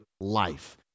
life